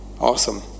Awesome